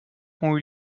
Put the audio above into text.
ont